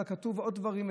אבל כתוב עוד דברים,